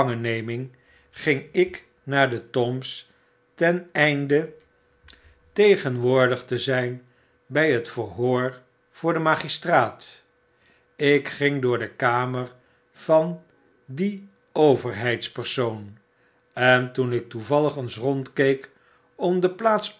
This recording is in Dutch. ging ik naar de tombs ten einde tegenwoordig te zyn by het verhoor voor den magistraat ik ging door de kamer van dien overheidspersoon en toen ik toevallig eens rondkeek om de plaats